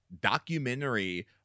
documentary